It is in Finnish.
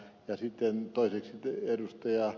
ja sitten toiseksi ed